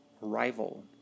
rival